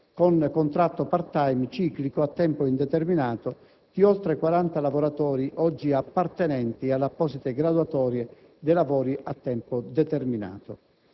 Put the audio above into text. con contratto *part-time* ciclico a tempo indeterminato, di oltre 40 lavoratori oggi appartenenti alle apposite graduatorie dei lavoratori a tempo determinato.